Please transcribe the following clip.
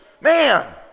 Man